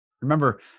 Remember